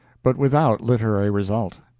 but without literary result.